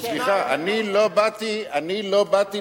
סליחה, אני לא באתי לתקוף